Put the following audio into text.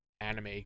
anime